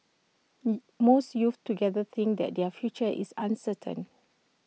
most youths together think that their future is uncertain